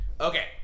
Okay